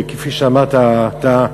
וכפי שאמרת אתה,